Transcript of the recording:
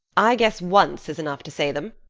i guess once is enough to say them.